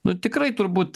nu tikrai turbūt